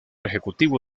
ejecutivo